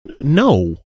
no